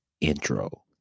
intro